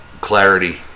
clarity